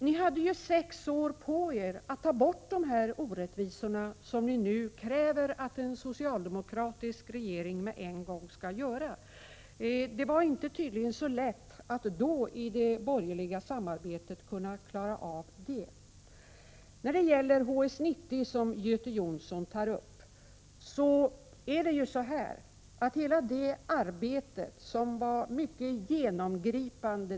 Ni hade ju sex år på er att ta bort dessa orättvisor som ni nu kräver att en socialdemokratisk regering med en gång skall undanröja. Det var tydligen inte så lätt att då i det borgerliga samarbetet klara av det. Göte Jonsson tog upp frågan om HS 90. Hela arbetet med den frågan var mycket genomgripande.